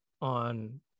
on